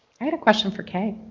i had a question for kaye.